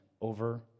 over